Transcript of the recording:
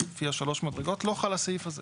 לפי שלוש המדרגות לא חל הסעיף הזה.